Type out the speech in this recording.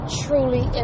truly